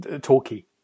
talky